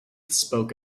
spoke